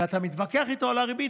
ואתה מתווכח איתו על הריבית,